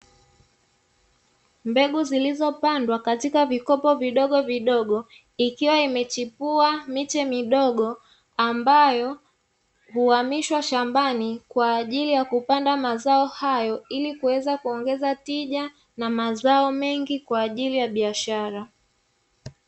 Mbegu zilizopandwa katika vikopo vidogo vidogo ikiwa imechipua miche midogo ambayo huamishwa shambani, kwa ajili ya kupanda mazao hayo ili kuweza kuongeza tija na mazao mengi kwa ajili ya biashara.